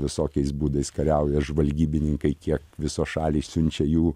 visokiais būdais kariauja žvalgybininkai kiek visos šalys siunčia jų